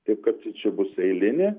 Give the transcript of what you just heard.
taip kad čia bus eilinė